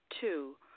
Two